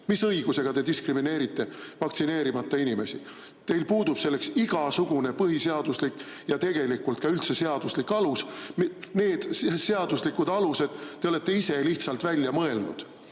Mis õigusega te diskrimineerite vaktsineerimata inimesi? Teil puudub selleks igasugune põhiseaduslik ja tegelikult ka üldse seaduslik alus. Need seaduslikud alused te olete ise lihtsalt välja mõelnud,